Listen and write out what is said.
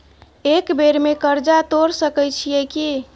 एक बेर में कर्जा तोर सके छियै की?